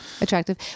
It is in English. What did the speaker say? Attractive